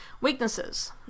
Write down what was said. Weaknesses